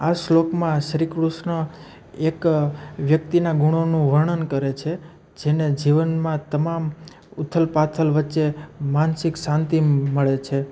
આ શ્લોકમાં શ્રી કૃષ્ણ એક વ્યક્તિના ગુણોનું વર્ણન કરે છે જેને જીવનમાં તમામ ઉથલ પાથલ વચ્ચે માનસિક શાંતિ મળે છે